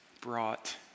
brought